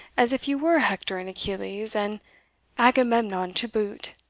as if you were hector and achilles, and agamemnon to boot.